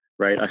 right